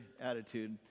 attitude